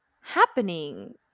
happening